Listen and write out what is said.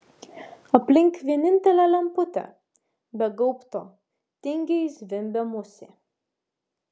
aplink vienintelę lemputę be gaubto tingiai zvimbė musė